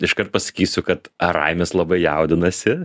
iškart pasakysiu kad ar raimis labai jaudinasi